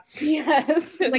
Yes